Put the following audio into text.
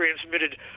transmitted